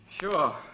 Sure